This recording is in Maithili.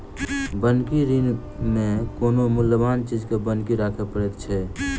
बन्हकी ऋण मे कोनो मूल्यबान चीज के बन्हकी राखय पड़ैत छै